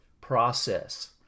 process